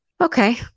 Okay